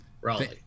Raleigh